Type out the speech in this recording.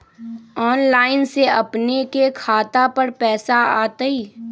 Online से अपने के खाता पर पैसा आ तई?